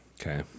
Okay